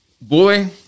Boy